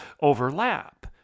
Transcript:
overlap